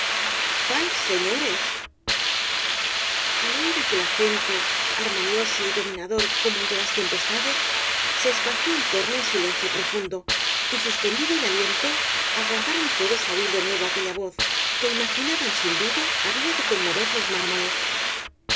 paz señores al oir aquel acento armonioso y dominador como el de las tempestades se esparció en torno un silencio profundo y suspendido el aliento aguardaron todos á oir de nuevo aquella voz que imaginaban sin duda había de conmover los mármoles